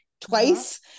twice